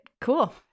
Cool